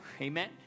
Amen